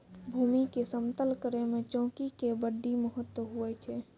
भूमी के समतल करै मे चौकी के बड्डी महत्व हुवै छै